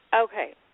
Okay